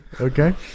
Okay